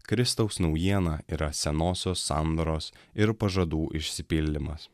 kristaus naujiena yra senosios sandoros ir pažadų išsipildymas